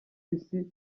isi